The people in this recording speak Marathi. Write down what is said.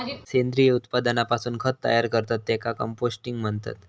सेंद्रिय उत्पादनापासून खत तयार करतत त्येका कंपोस्टिंग म्हणतत